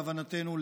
להבנתנו,